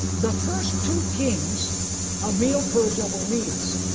the first two kings of middle persia were medes,